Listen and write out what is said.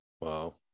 wow